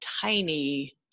tiny